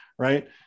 right